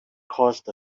caused